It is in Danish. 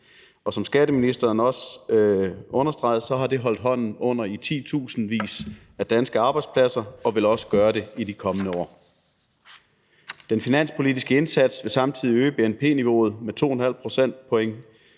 og som skatteministeren også understregede, har det holdt hånden under i titusindvis af danske arbejdspladser og vil også gøre det i de kommende år. Den finanspolitiske indsats vil samtidig øge bnp-niveauet med 2½ procentpoint